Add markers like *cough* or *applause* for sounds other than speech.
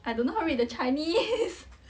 I don't know how to read the chinese *laughs*